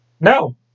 No